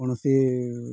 କୌଣସି